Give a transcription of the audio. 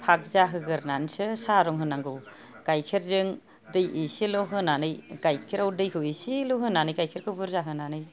फाग जाहोगोरनानैसो साहा रं होनांगौ गाइखेरजों दै एसेल' होनानै गाइखेरआव दैखौ एसेल' होनानै गाइखेरखौ बुरजा होनानै